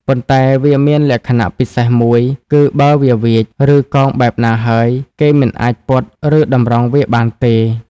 ប៉ុន្តែវាមានលក្ខណៈពិសេសមួយ គឺបើវាវៀច ឬកោងបែបណាហើយ គេមិនអាចពត់ ឬតម្រង់វាបានទេ។